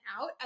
out